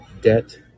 debt